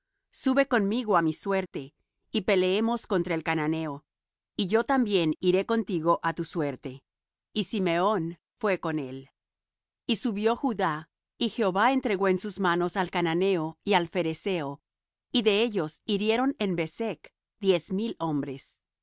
sube conmigo á mi suerte y peleemos contra el cananeo y yo también iré contigo á tu suerte y simeón fué con él y subió judá y jehová entregó en sus manos al cananeo y al pherezeo y de ellos hirieron en bezec diez mil hombres